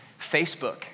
Facebook